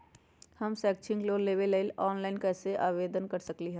हम शैक्षिक लोन लेबे लेल ऑनलाइन आवेदन कैसे कर सकली ह?